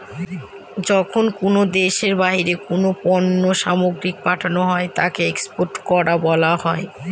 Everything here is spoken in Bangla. যখন কোনো দেশের বাইরে কোনো পণ্য সামগ্রীকে পাঠানো হয় তাকে এক্সপোর্ট করা বলা হয়